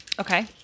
Okay